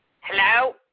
Hello